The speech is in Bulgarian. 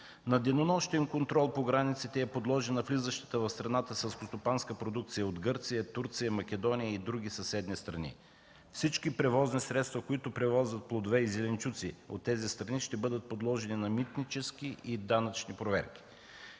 На денонощен контрол по границата е подложена влизащата в страната селскостопанска продукция от Гърция, Турция, Македония и други съседни страни. Всички превозни средства, които превозват плодове и зеленчуци от тези страни, ще бъдат подложени на митнически и данъчни проверки.